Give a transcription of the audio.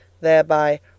thereby